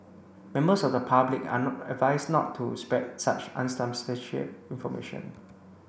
members of the public are not advised not to spread such unsubstantiated information